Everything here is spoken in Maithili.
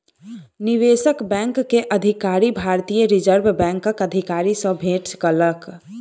निवेशक बैंक के अधिकारी, भारतीय रिज़र्व बैंकक अधिकारी सॅ भेट केलक